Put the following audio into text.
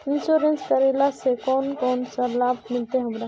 Insurance करेला से कोन कोन सा लाभ मिलते हमरा?